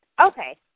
Okay